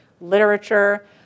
literature